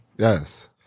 Yes